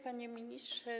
Panie Ministrze!